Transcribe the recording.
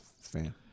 fan